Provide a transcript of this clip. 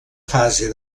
fase